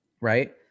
right